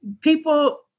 people